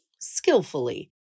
skillfully